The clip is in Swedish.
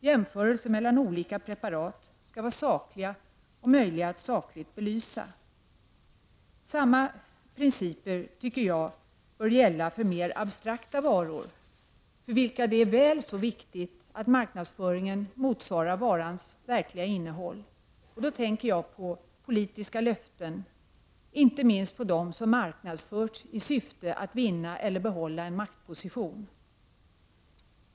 Jämförelser mellan olika preparat skall vara sakliga och möjliga att sakligt belysa. Samma principer tycker jag bör gälla för mer abstrakta varor, för vilka det är väl så viktigt att marknadsföringen motsvarar varans verkliga innehåll. Då tänker jag på politiska löften, inte minst på dem som marknadsförts i syfte att vinna eller behålla en maktposition.